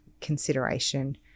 consideration